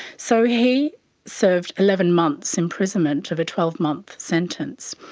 so he served eleven months imprisonment of a twelve month sentence,